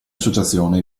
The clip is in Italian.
associazione